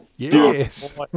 Yes